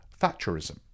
Thatcherism